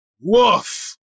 woof